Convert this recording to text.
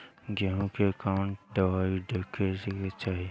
गेहूँ मे कवन दवाई देवे के चाही?